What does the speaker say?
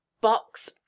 Box